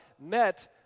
met